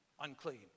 unclean